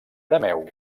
arameu